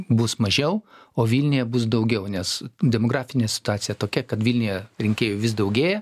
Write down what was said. bus mažiau o vilniuje bus daugiau nes demografinė situacija tokia kad vilniuje rinkėjų vis daugėja